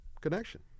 connection